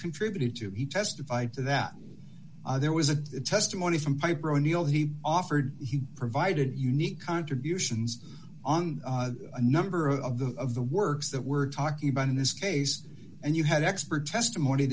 contributed to he testified to that there was a testimony from piper o'neill he offered he provided unique contributions on a number of the of the works that we're talking about in this case and you had expert testimony